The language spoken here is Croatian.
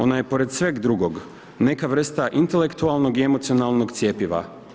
Ona je pored sveg drugog, neka vrsta intelektualnog i emocionalnog cjepiva.